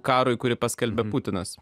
karui kurį paskelbė putinas